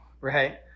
Right